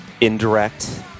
indirect